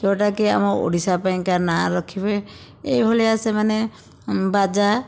ଯେଉଁଟା କି ଆମ ଓଡ଼ିଶା ପାଇଁକା ନାଁ ରଖିବେ ଏଇ ଭଳିଆ ସେମାନେ ବାଜା